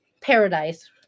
paradise